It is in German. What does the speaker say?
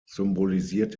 symbolisiert